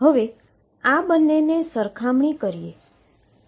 હવે આ બંનેને સરખામણી કરીએ